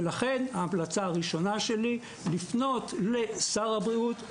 ולכן ההמלצה הראשונה שלי לפנות לשר הבריאות,